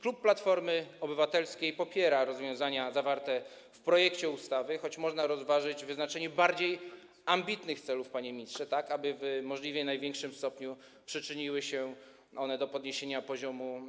Klub Platformy Obywatelskiej popiera rozwiązania zawarte w projekcie ustawy, choć można rozważyć wyznaczenie bardziej ambitnych celów, panie ministrze, tak aby w możliwie największym stopniu przyczyniły się one do podniesienia poziomu